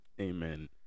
Amen